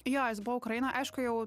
jo jis buvo ukrainoj aišku jau